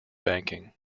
banking